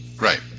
Right